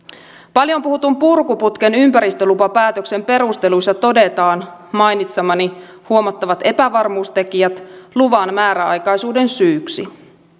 paljon puhutun purkuputken ympäristölupapäätöksen perusteluissa todetaan mainitsemani huomattavat epävarmuustekijät luvan määräaikaisuuden syyksi